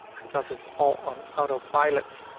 because it's all on autopilot.